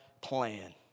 plan